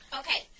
okay